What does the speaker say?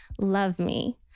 LOVEME